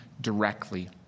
directly